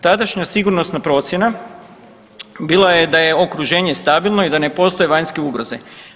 Tadašnja sigurnosna procjena bila je da je okruženje stabilno i da ne postoje vanjske ugroze.